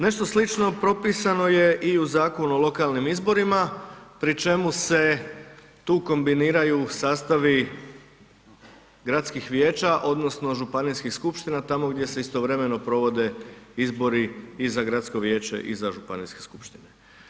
Nešto slično propisano je i u Zakonu o lokalnim izborima pri čemu se tu kombiniraju sastavi gradskih vijeća odnosno županijskih skupština tamo gdje se istovremeno provode izbori i za gradsko vijeće i za županijske skupštine.